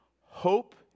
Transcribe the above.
Hope